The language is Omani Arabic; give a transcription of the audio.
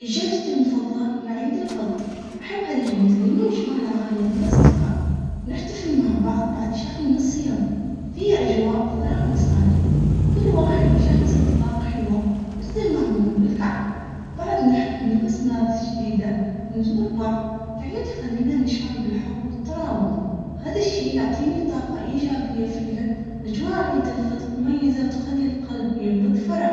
إجازتي المفضلة هي عيد الفضل، أحب هالعيد لأنه يجمع العائلة والأصدقاء، نحتفل مع بعض بعد شهر من الصيام في أجواء فرح وسعادة، كل واحد يجهز أطباق حلوة مثل المعمول والكعك. بعد نحب نلبس ملابس جديدة، ونزور بعض العيد يخلينا نشعر بالحب والترابط هذا الشي يعطيني طاقة ايجابية.